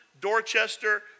Dorchester